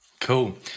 Cool